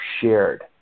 shared